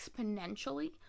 exponentially